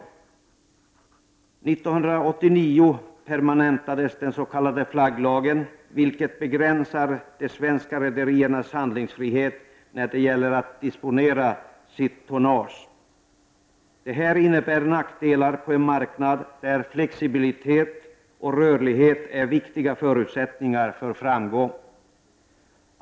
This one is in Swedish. År 1989 permanentades den s.k. flagglagen, vilken begränsar de svenska rederiernas handlingsfrihet när det gäller att disponera sitt tonnage. Detta innebär nackdelar på en marknad där flexibilitet och rörlighet är viktiga förutsättningar för framgång.